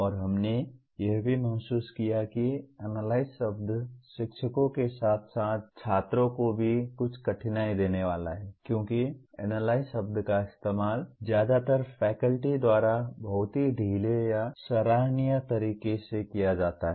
और हमने यह भी महसूस किया कि एनालाइज शब्द शिक्षकों के साथ साथ छात्रों को भी कुछ कठिनाई देने वाला है क्योंकि एनालाइज शब्द का इस्तेमाल ज्यादातर फैकल्टी द्वारा बहुत ही ढीले या सराहनीय तरीके से किया जाता है